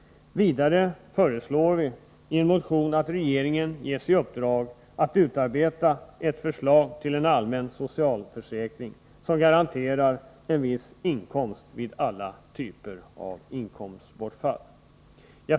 Vidare föreslår vi i en motion att regeringen ges i uppdrag att utarbeta ett förslag till en allmän socialförsäkring, som garanterar en viss inkomst vid alla typer av inkomstbortfall.